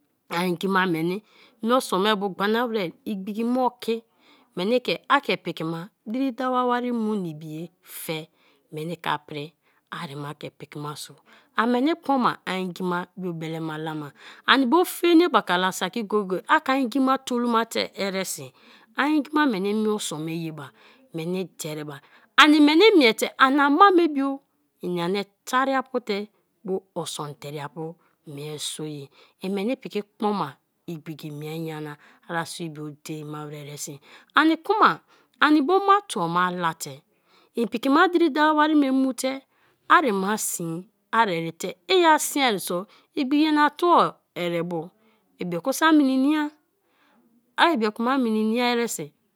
A ngi ba meni mie o sum me bu gbana were igbiki me oki meni ke ake piki ma diri dawo wari mu na ibi-e fe meni ke pri ari ma ke piki ma so an meni kpoma ai ngi ma bio belema la ma ani bo fe enebaka la saki go-go-e aki ai ngima tolomate eresi ai ngima meni mie o sun me ye ba meni deri ba ani meni miete ani ama me bio ini ani tre apute o sun deri-apu mie so ye, en meni piki kpoma igbiki mie nyana ari si bio dein ma were eresi, ani kuma ani bo ma tuo ma mie late im pikima diri dawo wari me mu te arima sin ari erite i a siari so igbiki nyana tuo erebo ibioku so a meni-a a ibioku ma mini-a eresi.